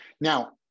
Now